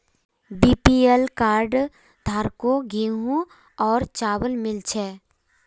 BPL card धारकों गेहूं और चावल मिल छे